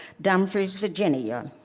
dumfries, virginia.